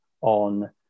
on